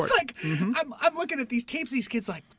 like i'm i'm looking at these tapes, these kids like,